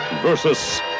versus